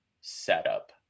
setup